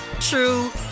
true